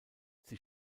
sie